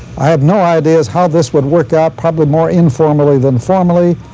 i have no ideas how this would work out, probably more informally than formally,